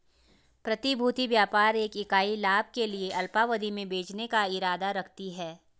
प्रतिभूति व्यापार एक इकाई लाभ के लिए अल्पावधि में बेचने का इरादा रखती है